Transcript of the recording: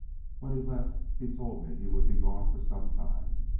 when he left he told me he would be gone for some time,